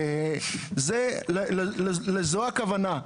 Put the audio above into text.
לזו הכוונה.